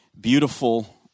beautiful